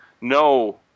no